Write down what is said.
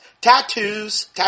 tattoos